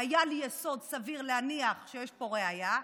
היה לי יסוד סביר להניח שיש פה ראיה,